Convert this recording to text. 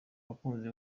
bakunzi